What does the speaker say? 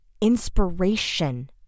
inspiration